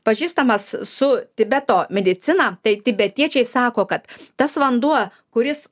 pažįstamas su tibeto medicina tai tibetiečiai sako kad tas vanduo kuris